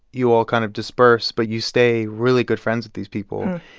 you all kind of disperse, but you stay really good friends with these people.